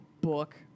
book